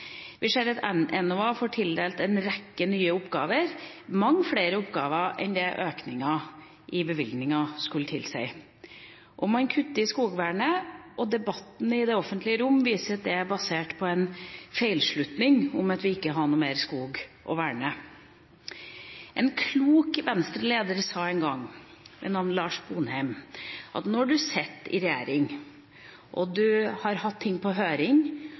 Vi ser at Enova får tildelt en rekke nye oppgaver, mange flere oppgaver enn hva økninga i bevilgninger skulle tilsi. Man kutter også i skogvernet, og debatten i det offentlige rom viser at det er basert på en feilslutning om at vi ikke har noe mer skog å verne. En klok Venstre-leder ved navn Lars Sponheim sa en gang at når man sitter i regjering, har hatt ting ute på høring